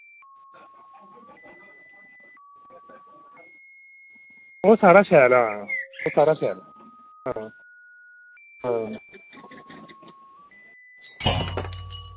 ओह् सारा शैल ऐ आं ओह् सारा शैल ऐ